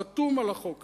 חתום על החוק הזה.